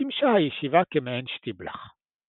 שימשה הישיבה כמעין שטיבלאך.